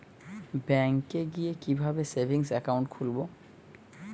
ব্যাঙ্কে গিয়ে কিভাবে সেভিংস একাউন্ট খুলব?